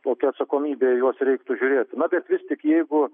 tokia atsakomybe į juos reiktų žiūrėt bet vis tik jeigu